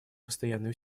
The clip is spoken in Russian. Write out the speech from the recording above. постоянные